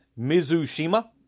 Mizushima